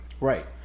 right